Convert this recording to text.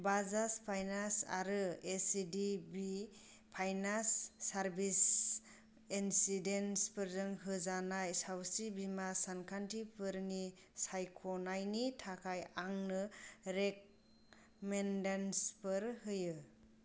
Bajaj finance आरो H D B finance service एजेन्सिफोरजों होजानाय सावस्रि बीमा सानथांखिफोर सायख'नायनि थाखाय आंनो रेकमेन्देसनफोर हो